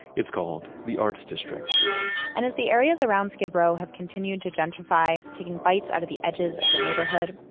it's called the arts district and as the areas around skid row have continued to gentrify taking bites out of the edges of the neighborhood,